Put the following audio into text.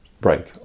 break